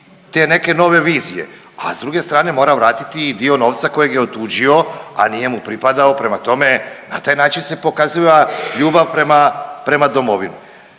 te neke nove vizije. A s druge strane mora vratiti i dio novca kojeg je otuđio, a nije mu pripadao, prema tome, na taj način se pokaziva ljubav prema domovini.